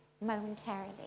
momentarily